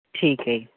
ਠੀਕ ਹੈ ਜੀ